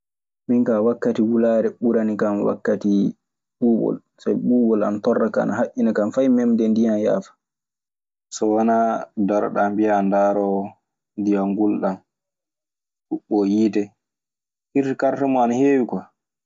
Min kaa wakkati wulaare ɓuranikan wakkati ɓuuɓol. Sabi ɓuuɓol ana torla kan. Ana haƴƴina kan. Fay memde ndiyan yaafaa. So wanaa daroɗaa, mbiyaa a ndaaroowo ndiyan ngulɗan, kuɓɓoowo yiite. Kirti karta mun ana heewi kwa.